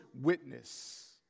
witness